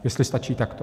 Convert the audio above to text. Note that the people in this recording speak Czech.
Jestli stačí takto.